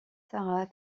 sarah